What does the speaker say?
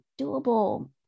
doable